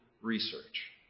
research